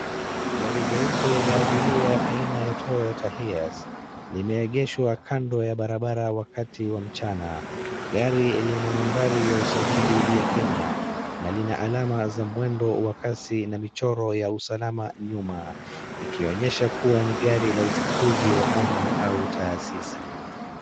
Gari jeupe la abiria aina ya Toyota Hearse limeegeshwa kando ya barabara wakati wa mchana. Gari lina nambari ya usajili ya Kenya na lina alama za mwendo wa kasi na michoro ya usalama nyuma ikonyesha kuwa ni gari la uchukuzi wa umma au taasisi.